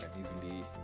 easily